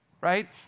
right